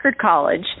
College